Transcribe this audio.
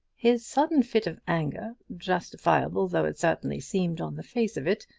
his sudden fit of anger, justifiable though it certainly seemed on the face of it,